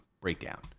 breakdown